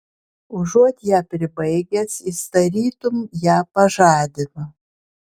užuot ją pribaigęs jis tarytum ją pažadino